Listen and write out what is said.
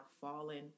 fallen